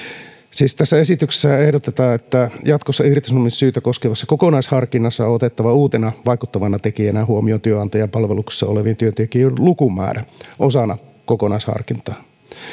siis tässä esityksessä ehdotetaan että jatkossa irtisanomissyytä koskevassa kokonaisharkinnassa on on otettava uutena vaikuttavana tekijänä huomioon työnantajan palveluksessa olevien työntekijöiden lukumäärä osana kokonaisharkintaa